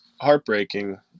heartbreaking